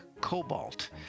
Cobalt